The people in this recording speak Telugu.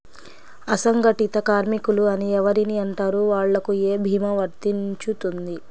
అసంగటిత కార్మికులు అని ఎవరిని అంటారు? వాళ్లకు ఏ భీమా వర్తించుతుంది?